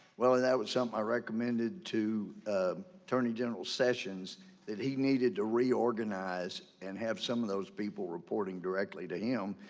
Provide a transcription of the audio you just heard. will and that was something i recommended to ah attorney general sessions that he needed to reorganize and have some of those people reporting directly to him.